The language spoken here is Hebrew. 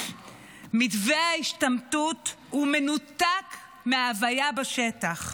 מתווה ההשתמטות מנותק מההוויה בשטח,